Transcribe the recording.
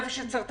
איפה שצריך,